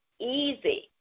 easy